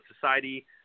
society